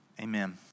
amen